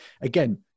again